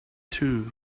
too